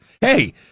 Hey